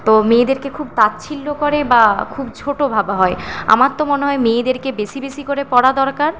তো মেয়েদেরকে খুব তাচ্ছিল্য করে বা খুব ছোটো ভাবা হয় আমার তো মনে হয় মেয়েদেরকে বেশি বেশি করে পড়া দরকার